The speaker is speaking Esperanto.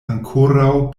ankoraŭ